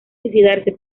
suicidarse